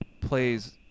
plays